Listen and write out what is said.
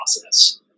process